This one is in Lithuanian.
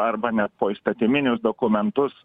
arba net poįstatyminius dokumentus